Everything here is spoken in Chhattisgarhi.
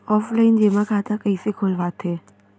ऑफलाइन जेमा खाता कइसे खोलवाथे?